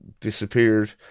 disappeared